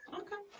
okay